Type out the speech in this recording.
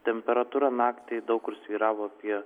temperatūra naktį daug kur svyravo apie